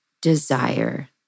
desire